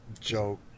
joke